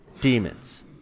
demons